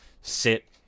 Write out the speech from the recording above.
sit